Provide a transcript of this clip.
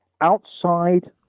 outside